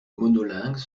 monolingue